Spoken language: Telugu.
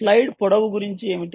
స్ట్రైడ్ పొడవు గురించి ఏమిటి